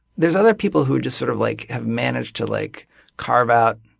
there's other people who just sort of like have managed to like carve out